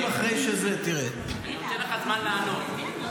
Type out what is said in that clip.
אחרי --- אני נותן לך זמן לענות.